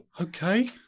Okay